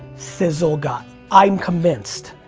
sizzle got. i'm convinced.